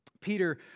Peter